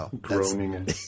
groaning